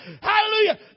Hallelujah